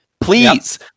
Please